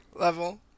Level